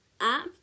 app